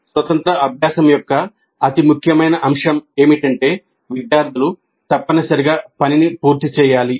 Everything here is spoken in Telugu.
స్వతంత్ర అభ్యాసం యొక్క అతి ముఖ్యమైన అంశం ఏమిటంటే విద్యార్థులు తప్పనిసరిగా పనిని పూర్తి చేయాలి